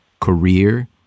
career